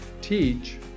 teach